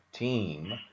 team